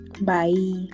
bye